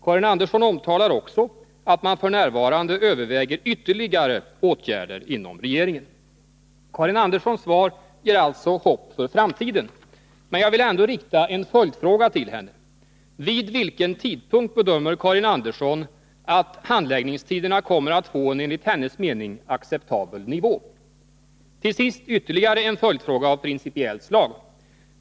Karin Andersson omtalar också att man f. n. överväger ytterligare åtgärder inom regeringen. Karin Anderssons svar ger alltså hopp för framtiden. Men jag vill ändå rikta en följdfråga till henne: Vid vilken tidpunkt bedömer Karin Andersson att handläggningstiderna kommer att få en enligt hennes mening acceptabel nivå? t ytterligare en följdfråga av principiellt slag.